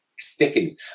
sticking